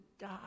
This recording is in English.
die